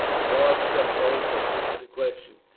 the bard stepped forward to answer the question.